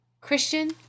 Christian